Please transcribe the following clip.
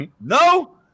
No